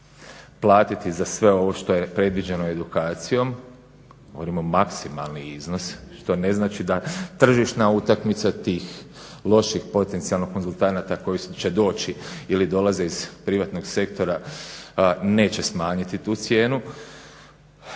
platiti za sve ovo što je predviđeno edukacijom, govorimo maksimalni iznos što ne znači da tržišna utakmica tih loših potencijalno konzultanata koji će doći ili dolaze iz privatnog sektora neće smanjiti tu cijenu.